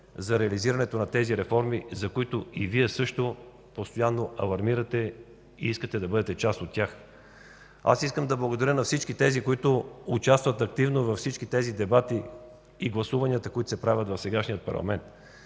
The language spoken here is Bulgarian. за реализирането на тези реформи, за които и Вие също постоянно алармирате и искате да бъдете част от тях. Аз искам да благодаря на тези, които участват активно във всички дебати и гласувания, които се правят в сегашния парламент.